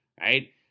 right